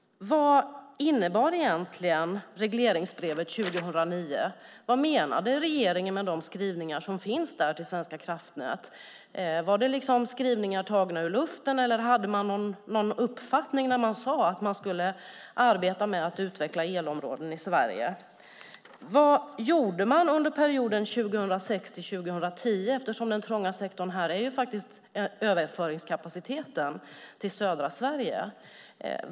Vad innebar egentligen regleringsbrevet 2009? Vad menade regeringen med de skrivningar som finns där till Svenska kraftnät? Var det skrivningar tagna ur luften eller hade man någon uppfattning när man sade att man skulle arbeta med att utveckla elområden i Sverige? Vad gjorde man under perioden 2006-2010? Den trånga sektorn är ju överföringskapaciteten till södra Sverige.